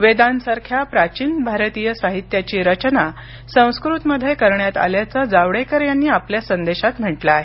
वेदांसारख्या प्राचीन भारतीय साहित्याची रचना संस्कृतमध्ये करण्यात आल्याचं जावडेकर यांनी आपल्या संदेशात म्हटलं आहे